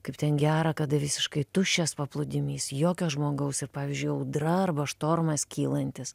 kaip ten gera kada visiškai tuščias paplūdimys jokio žmogaus ir pavyzdžiui audra arba štormas kylantis